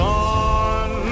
on